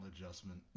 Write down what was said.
adjustment